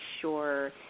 sure